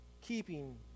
keeping